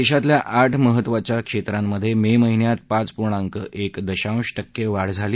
देशातल्या आठ महत्त्वांच्या क्षेत्रांमधे मे महिन्यात पाच पूर्णांक एक दशांश टक्के वाढ झाली